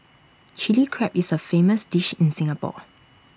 Chilli Crab is A famous dish in Singapore